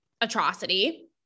atrocity